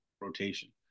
rotation